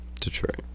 Detroit